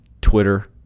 Twitter